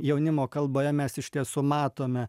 jaunimo kalboje mes iš tiesų matome